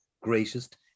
greatest